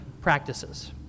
practices